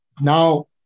Now